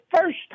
first